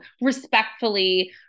respectfully